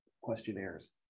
questionnaires